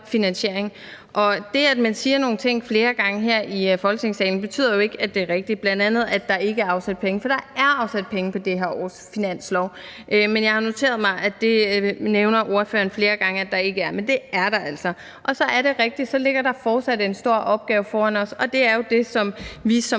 finansieringen. Og det, at man siger nogle ting flere gange her i Folketingssalen, betyder jo ikke, at det er rigtigt, bl.a. det om, at der ikke er afsat penge, for der er afsat penge på det her års finanslov. Men jeg har noteret mig, at spørgeren flere gange nævner, at det er der ikke, men det er der altså. Så er det rigtigt, at der fortsat ligger en stor opgave foran os, men det er jo det, som vi som